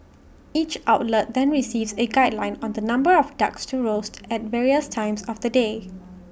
each outlet then receives A guideline on the number of ducks to roast at various times of the day